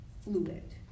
fluid